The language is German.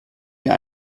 mir